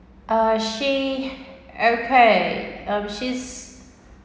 uh she okay um she's